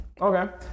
Okay